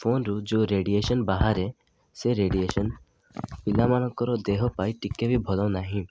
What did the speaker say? ଫୋନରୁ ଯେଉଁ ରେଡ଼ିଏସନ୍ ବାହାରେ ସେ ରେଡ଼ିଏସନ୍ ପିଲାମାନଙ୍କର ଦେହ ପାଇଁ ଟିକେ ବି ଭଲ ନାହିଁ